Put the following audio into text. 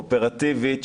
אופרטיבית,